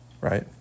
right